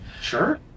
Sure